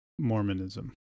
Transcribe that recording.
Mormonism